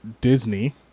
Disney